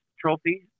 trophy